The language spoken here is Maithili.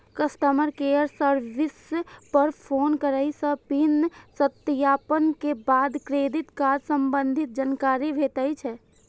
कस्टमर केयर सर्विस पर फोन करै सं पिन सत्यापन के बाद क्रेडिट कार्ड संबंधी जानकारी भेटै छै